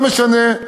לא משנה,